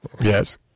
Yes